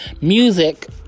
music